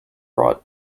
bought